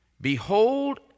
Behold